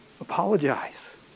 apologize